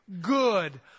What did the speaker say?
good